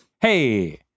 Hey